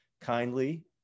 kindly